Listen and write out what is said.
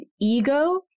ego